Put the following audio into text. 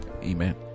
Amen